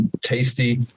tasty